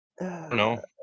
No